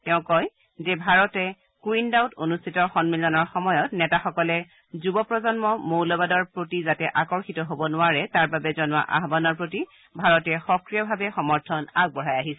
তেওঁ কয় যে ভাৰতে কুইনদাওত অনুষ্ঠিত সন্মিলনৰ সময়ত নেতাসকলে যুৱ প্ৰজন্ম মৌলবাদৰ প্ৰতি যাতে আকৰ্ষিত হ'ব নোৱাৰে তাৰ বাবে জনোৱা আহানৰ প্ৰতি ভাৰতে সক্ৰিয়ভাৱে সমৰ্থন আগবঢ়াই আহিছে